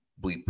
bleep